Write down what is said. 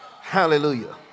Hallelujah